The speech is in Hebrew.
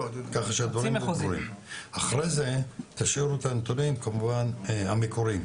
אחרי זה תשאירו את הנתונים המקוריים,